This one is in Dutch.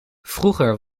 vroeger